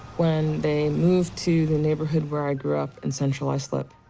when they moved to the neighborhood where i grew up in central islip,